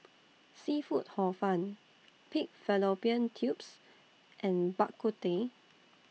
Seafood Hor Fun Pig Fallopian Tubes and Bak Kut Teh